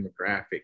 demographic